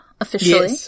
officially